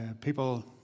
people